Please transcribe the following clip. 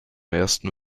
ersten